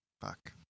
Fuck